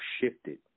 shifted